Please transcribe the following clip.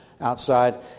outside